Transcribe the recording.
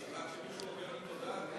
עד שמישהו אומר לי תודה.